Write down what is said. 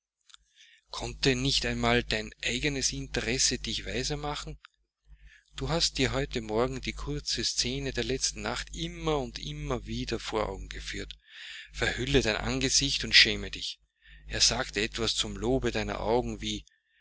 närrin konnte nicht einmal dein eigenes interesse dich weiser machen du hast dir heute morgen die kurze scene der letzten nacht immer und immer wieder vor augen geführt verhülle dein angesicht und schäme dich er sagte etwas zum lobe deiner augen wie